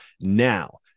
now